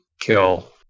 kill